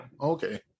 okay